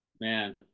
man